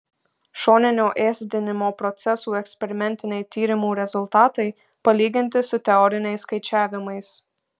šoninio ėsdinimo procesų eksperimentiniai tyrimų rezultatai palyginti su teoriniais skaičiavimais